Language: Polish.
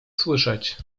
słyszeć